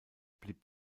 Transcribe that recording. blieb